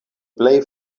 plej